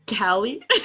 Callie